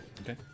Okay